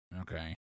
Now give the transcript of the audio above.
Okay